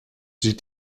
sieht